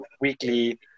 weekly